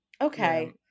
Okay